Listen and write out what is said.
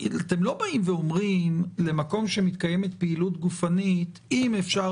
אתם לא אומרים למקום שמתקיימת פעילות גופנית: אם אפשר